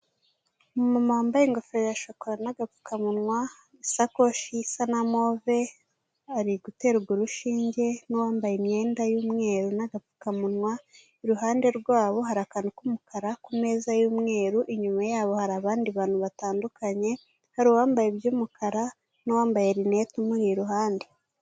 Umuntu wambaye ingofero ya shakora n'agapfukamunwa isakoshi isa na move ari guterwa urushinge n'uwambaye imyenda y'umweru n'agapfukamunwa, iruhande rwabo hari akantu k'umukara ku meza y'umweru, inyuma yabo hari abandi bantu batandukanye hari uwambaye iby'umukara n'uwambaye rineti umuri iruhande.